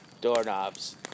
Doorknobs